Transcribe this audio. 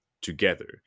together